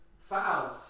fouls